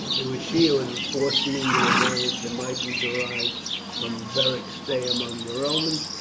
it was she who had foreseen the advantages that might be derived from beric's stay among the romans,